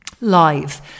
live